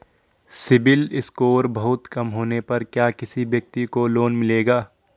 CIBIL score बहुत कम होने पर क्या किसी व्यक्ति को लोंन मिलेगा?